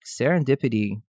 serendipity